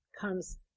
comes